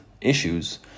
issues